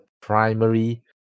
primary